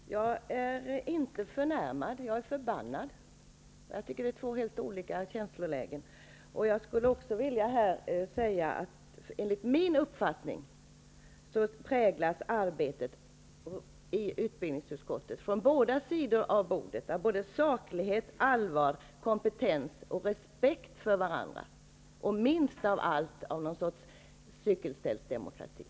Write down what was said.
Fru talman! Jag är inte förnärmad. Jag är förbannad. Jag tycker att det är två helt olika känslolägen. Enlig min uppfattning präglas arbetet i utbildningsutskottet från båda sidor av bordet av saklighet, allvar, kompetens och respekt för varandra. Det är minst av allt fråga om något slags